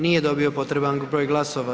Nije dobio potreban broj glasova.